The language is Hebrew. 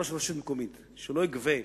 ראש רשות מקומית שלא יגבה,